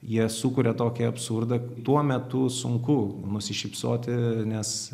jie sukuria tokį absurdą tuo metu sunku nusišypsoti nes